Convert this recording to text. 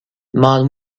man